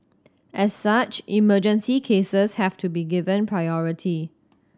as such emergency cases have to be given priority